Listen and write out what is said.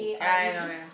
yeah I know yeah